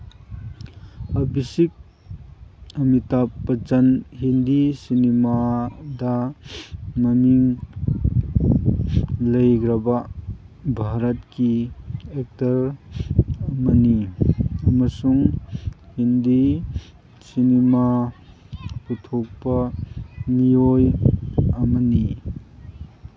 ꯑꯕꯤꯁꯤꯛ ꯑꯃꯤꯇꯥ ꯕꯆꯟ ꯍꯤꯟꯗꯤ ꯁꯤꯅꯤꯃꯥꯗ ꯃꯃꯤꯡ ꯂꯩꯔꯕ ꯚꯥꯔꯠꯀꯤ ꯑꯦꯛꯇꯔ ꯑꯃꯅꯤ ꯑꯃꯁꯨꯡ ꯍꯤꯟꯗꯤ ꯁꯤꯅꯤꯃꯥ ꯄꯨꯊꯣꯛꯄ ꯃꯤꯑꯣꯏ ꯑꯃꯅꯤ